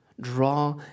Draw